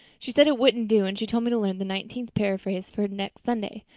she said it wouldn't do and she told me to learn the nineteenth paraphrase for next sunday.